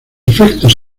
efectos